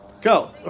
Go